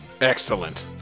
Excellent